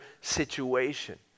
situation